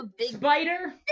Spider